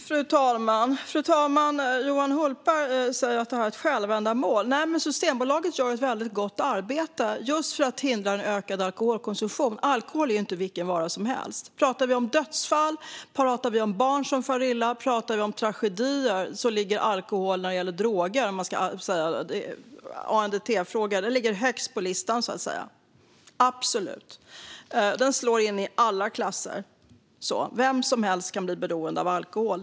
Fru talman! Johan Hultberg frågar om detta är ett självändamål. Nej, men Systembolaget gör ett mycket gott arbete just för att hindra en ökad alkoholkonsumtion. Alkohol är inte vilken vara som helst. Talar vi om dödsfall, talar vi om barn som far illa, talar vi om tragedier ligger alkohol absolut högst på listan bland ANDT-frågor. Den slår in i alla klasser. Vem som helst kan bli beroende av alkohol.